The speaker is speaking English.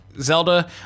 Zelda